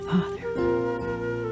Father